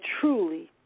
truly